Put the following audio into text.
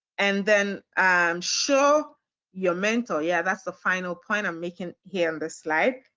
and then um show your mentor yeah, that's the final point i'm making here on the slide.